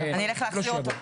אני אלך להחזיר אותו.